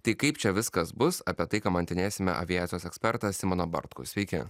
tai kaip čia viskas bus apie tai kamantinėsime aviacijos ekspertą simoną bartkų sveiki